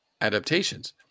adaptations